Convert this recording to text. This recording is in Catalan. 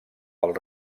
pel